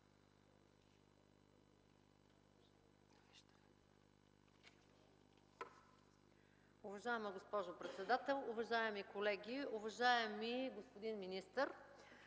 Уважаема госпожо председател, уважаеми колеги! Уважаеми господин Лютфи,